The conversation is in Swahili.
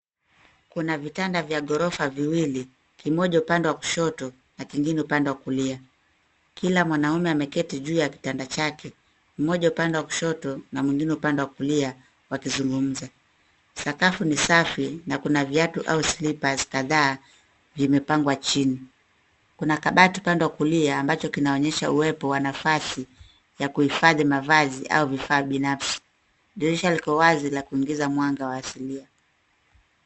Kuna vitanda vya ghorofa viwili, kimoja upande wa kushoto, na kingine upande wa kulia. Kila mwanaume ameketi juu ya kitanda chake, mmoja upande wa kushoto, na mwingine upande wa kulia, wakizungumza. Sakafu ni safi, na kuna viatu au slippers kadhaa, vimepangwa chini. Kuna kabati upande wa kulia, ambacho kinaonyesha uwepo wa nafasi, ya kuhifadhi mavazi au vifaa binafsi. Dirisha liko wazi la kuingiza mwanga wa asilia.